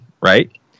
Right